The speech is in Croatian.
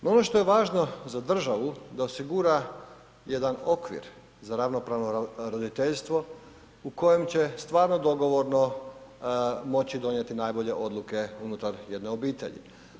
No, ono što je važno za državu da osigura jedan okvir za ravnopravno roditeljstvo u kojem će stvarno dogovorno moći donijeti najbolje odluke unutar jedne obitelji.